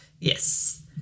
Yes